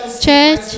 Church